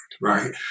right